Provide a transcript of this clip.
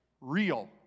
real